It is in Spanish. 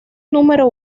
número